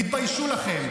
אתה משקר.